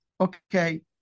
okay